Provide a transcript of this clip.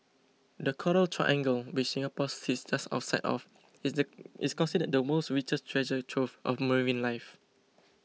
the coral triangle which Singapore sits just outside of is is considered the world's richest treasure trove of marine life